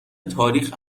تاریخ